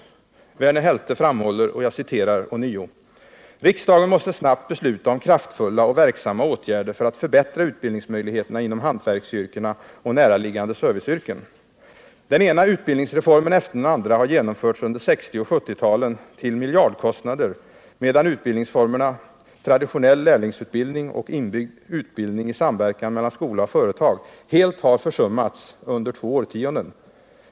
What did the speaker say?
Verner Helte framhåller: ”Riksdagen måste snabbt besluta om kraftfulla och verksamma åtgärder för att förbättra utbildningsmöjligheterna inom hantverksyrkena och närliggande serviceyrken. Den ena utbildningsreformen efter den andra har genomförts under 1960 och 1970-talen till miljardkostnader, medan utbildningsformerna traditionell lärlingsutbildning och inbyggd utbildning i samverkan mellan skola och företag helt har försummats under två årtionden.